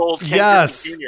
yes